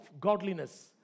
godliness